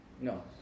No